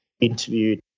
interviewed